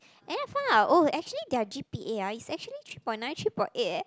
and I found out oh actually their g_p_a ah is actually three point nine three point eight eh